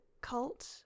cult